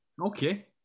okay